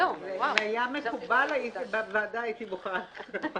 זה מה שביקשתי לבדוק, כי למיטב זכרוני החוק בוטל.